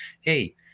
hey